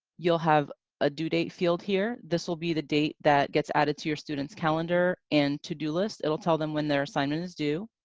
you'll have a due date field here, this will be the date that gets added to your student's calendar and to do list. it will tell them when their assignment is due.